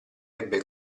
ebbe